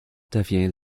devient